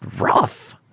rough